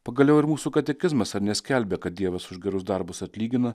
pagaliau ir mūsų katekizmas ar neskelbia kad dievas už gerus darbus atlygina